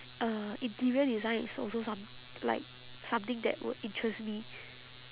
uh interior design is also some~ like something that would interest me